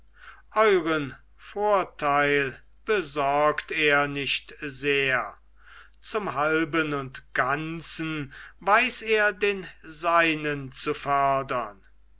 euren vorteil besorgt er nicht sehr zum halben und ganzen weiß er den seinen zu fördern